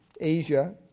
Asia